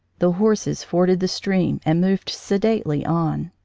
the horses forded the stream and moved sedately on.